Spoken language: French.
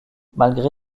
malgré